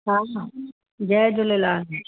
हां जय झूलेलाल